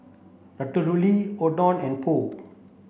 Ratatouille Oden and Pho